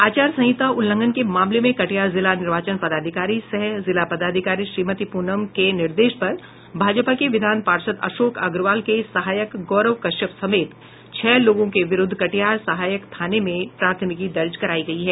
आचार संहिता उल्लंघन के मामले में कटिहार जिला निर्वाचन पदाधिकारी सह जिला पदाधिकारी श्रीमति पूनम के निर्देश पर भाजपा के विधान पार्षद अशोक अग्रवाल के सहायक गौरव कश्यप समेत छह लोगों के विरुद्ध कटिहार सहायक थाने में प्राथमिकी दर्ज कराई गई है